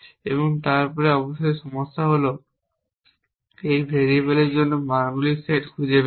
এবং তারপর অবশ্যই সমস্যা হল এই ভেরিয়েবলের জন্য মানগুলির সেট খুঁজে বের করা